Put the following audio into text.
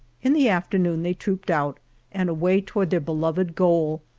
in the afternoon they trooped out and away toward their beloved goal,